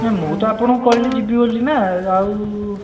ନାହିଁ ମୁଁ ତ ଆପଣଙ୍କୁ କହିଲି ଯିବି ବୋଲି ନା ଆଉ